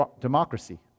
democracy